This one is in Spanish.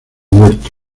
huerto